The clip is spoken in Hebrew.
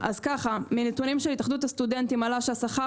מהנתונים של התאחדות הסטודנטים עלה שהשכר